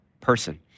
person